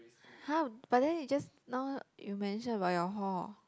!huh! but then you just now you mention about your hall